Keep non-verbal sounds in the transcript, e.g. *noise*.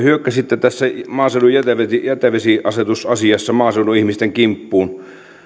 *unintelligible* hyökkäsitte tässä maaseudun jätevesiasetusasiassa maaseudun ihmisten kimppuun